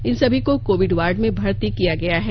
इन सभी को covid ward में भर्ती किया गया है